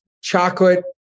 chocolate